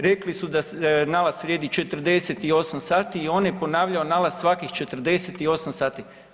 Rekli su da nalaz vrijedi 48 sati i on je ponavljao nalaz svakih 48 sati.